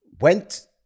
went